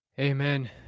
Amen